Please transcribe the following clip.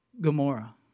Gomorrah